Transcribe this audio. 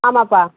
ஆமாப்பா